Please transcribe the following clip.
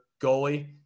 goalie